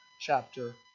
chapter